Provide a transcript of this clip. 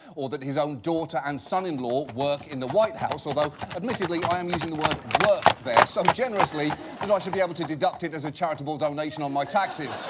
or that his own daughter and son-in-law work in the white house, although, admittedly, i am using the word work there so generously that i should be able to deduct it as a charitable donation on my taxes.